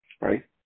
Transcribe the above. right